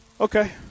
Okay